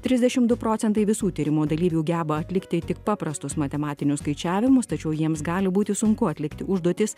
trisdešim du procentai visų tyrimo dalyvių geba atlikti tik paprastus matematinius skaičiavimus tačiau jiems gali būti sunku atlikti užduotis